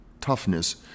toughness